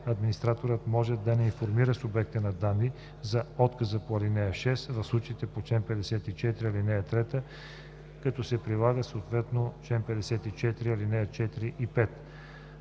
Администраторът може да не информира субекта на данните за отказа по ал. 6 в случаите по чл. 54, ал. 3, като се прилага съответно чл. 54, ал. 4 и 5.